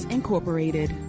Incorporated